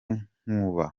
nkuba